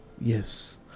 yes